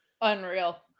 unreal